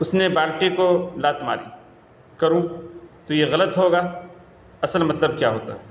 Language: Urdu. اس نے بالٹی کو لات ماری کروں تو یہ غلط ہوگا اصل مطلب کیا ہوتا ہے